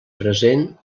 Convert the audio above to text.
present